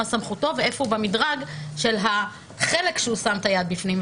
מה סמכותו ואיפה הוא במדרג מבחינת החלק שהוא שם את היד בפנים.